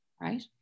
right